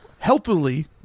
healthily